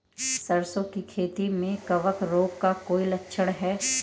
सरसों की खेती में कवक रोग का कोई लक्षण है?